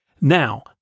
Now